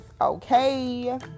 okay